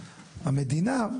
המדינה,